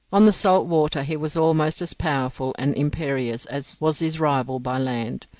on the salt water he was almost as powerful and imperious as was his rival by land.